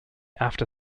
after